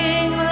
Sing